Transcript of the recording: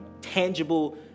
tangible